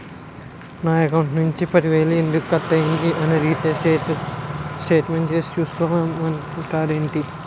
నా అకౌంట్ నుంచి పది వేలు ఎందుకు కట్ అయ్యింది అని అడిగితే స్టేట్మెంట్ తీసే చూసుకో మంతండేటి